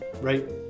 Right